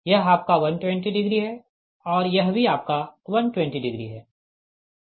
यह आपका 120 डिग्री है और यह भी आपका 120 डिग्री है